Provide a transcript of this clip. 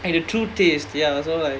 and the true taste ya so like